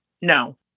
No